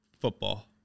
Football